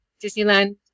Disneyland